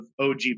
OG